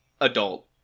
adult